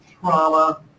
trauma